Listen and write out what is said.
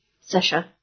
Sasha